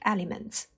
Elements